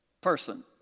person